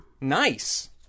Nice